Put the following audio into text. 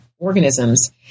organisms